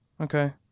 Okay